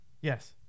Yes